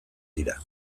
dira